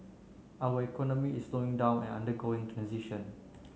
our economy is slowing down and undergoing transition